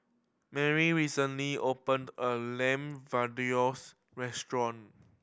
Merry recently opened a Lamb restaurant